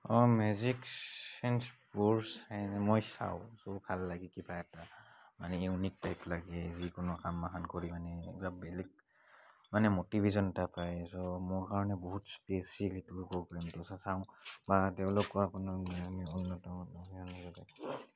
O magics and sports এ মই চাওঁ চ' ভাল লাগে কিবা এটা মানে ইউনিক টাইপ লাগে যিকোনো আমাৰ কৰি মানে এটা বেলেগ মানে ম'টিভেশ্যন এটা পায় চ' মোৰ কাৰণে বহুত বেছি সেইটো প্ৰব্লেমটো চাওঁ বা তেওঁলোকো আপোনাৰ